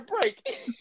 break